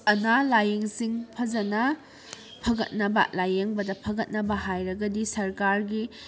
ꯑꯅꯥ ꯂꯥꯏꯌꯦꯡꯁꯤꯡ ꯐꯖꯟꯅ ꯐꯒꯠꯅꯕ ꯂꯥꯏꯌꯦꯡꯕꯗ ꯐꯒꯠꯅꯕ ꯍꯥꯏꯔꯒꯗꯤ ꯁꯔꯀꯥꯔꯒꯤ